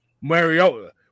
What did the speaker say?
Mariota